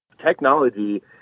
Technology